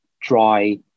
dry